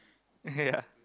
ya